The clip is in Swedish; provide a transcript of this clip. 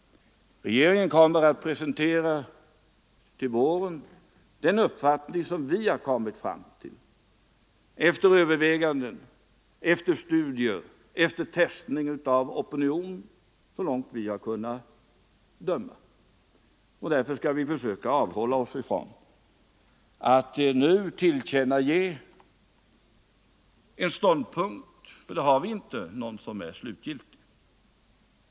Regeringen kommer till våren att presentera den uppfattning som vi har kommit fram till efter överväganden, efter studier, efter testning av opinionen, så långt vi har kunnat bedöma. Därför skall vi också försöka avhålla oss ifrån att nu tillkännage en mera slutgiltig ståndpunkt.